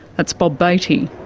that's bob batey.